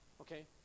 okay